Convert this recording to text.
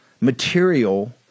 material